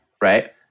Right